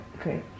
okay